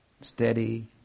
steady